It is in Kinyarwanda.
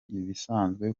ibisanzwe